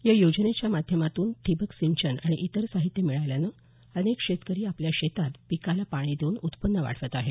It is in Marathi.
या योजनेच्या माध्यमातून ठिबक सिंचन आणि इतर साहित्य मिळाल्यानं अनेक शेतकरी आपल्या शेतात पिकाला पाणी देऊन उत्पन्न वाढवत आहेत